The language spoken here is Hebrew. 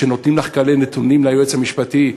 שנותנים נתונים כאלה ליועץ המשפטי?